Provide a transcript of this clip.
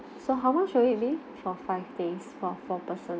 so how much would it be for five days for four person